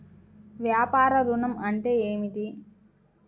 వ్యాపార ఋణం అంటే ఏమిటి?